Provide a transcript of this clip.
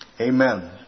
Amen